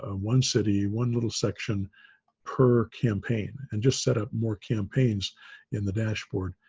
ah one city, one little section per campaign and just set up more campaigns in the dashboard.